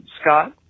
Scott